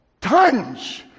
Tons